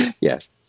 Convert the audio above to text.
yes